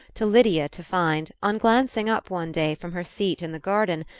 to lydia, to find, on glancing up one day from her seat in the garden,